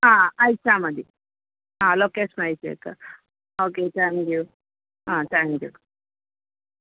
ആ അയച്ചാൽ മതി ആ ലൊക്കേഷൻ അയച്ചേക്ക് ഓക്കെ താങ്ക്യൂ ആ താങ്ക്യൂ